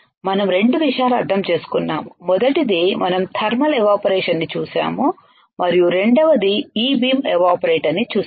మనం రెండు విషయాలు అర్థం చేసుకున్నాము మొదటిది మనం థర్మల్ ఎవాపరేషన్ని చూశాము మరియు రెండవది ఇబీమ్ ఎవాపరేటర్ ని చూశాము